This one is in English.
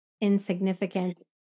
insignificant